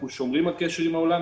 אנחנו שומרים על קשר עם העולם,